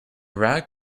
rag